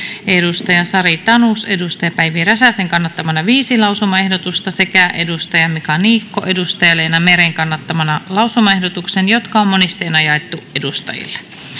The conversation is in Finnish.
sari tanus päivi räsäsen kannattamana viisi lausumaehdotusta sekä mika niikko leena meren kannattamana lausumaehdotuksen jotka on monisteena jaettu edustajille